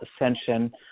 ascension